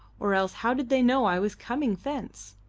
or else how did they know i was coming thence?